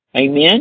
Amen